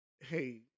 hey